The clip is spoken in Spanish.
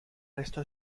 resto